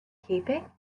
keeping